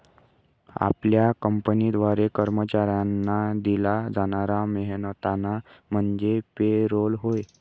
आपल्या कंपनीद्वारे कर्मचाऱ्यांना दिला जाणारा मेहनताना म्हणजे पे रोल होय